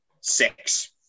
six